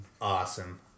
awesome